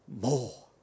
more